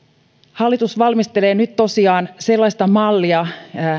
hallitus valmistelee nyt tosiaan sellaista mallia